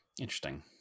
Interesting